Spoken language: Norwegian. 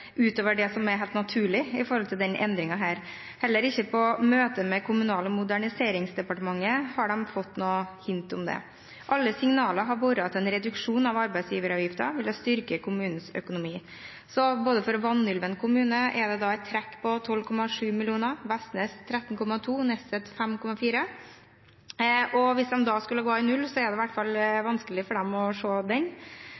utover det som er helt naturlig når det gjelder denne endringen. Heller ikke i møte med Kommunal- og moderniseringsdepartementet har de fått noe hint om det. Alle signaler har vært at en reduksjon av arbeidsgiveravgiften ville styrke kommunenes økonomi. For Vanylven kommune er det et trekk på 12,7 mill. kr, for Vestnes 13,2 mill. kr og for Nesset 5,4 mill. kr. Hvis de da skulle gå i null, er det i hvert fall